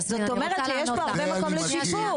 זאת אומרת שיש פה הרבה מקום לשיפור.